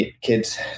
Kids